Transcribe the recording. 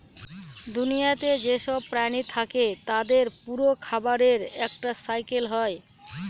দুনিয়াতে যেসব প্রাণী থাকে তাদের পুরো খাবারের একটা সাইকেল হয়